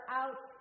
out